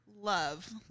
love